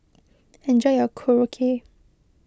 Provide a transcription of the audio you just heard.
enjoy your Korokke